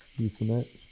euphomet.